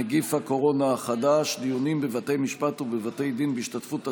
נגיף הקורונה החדש) (דיונים בבתי משפט ובבתי דין בהשתתפות עצורים,